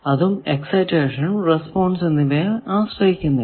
അതും excitation response എന്നിവയെ ആശ്രയിക്കുന്നില്ല